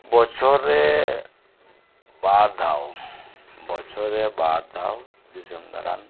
ᱵᱚᱪᱷᱚᱨ ᱨᱮ ᱵᱟᱨ ᱫᱷᱟᱣ ᱵᱚᱪᱷᱚᱨ ᱨᱮ ᱵᱟᱨ ᱫᱷᱟᱣ ᱫᱤᱥᱚᱢ ᱫᱟᱲᱟᱱ